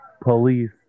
Police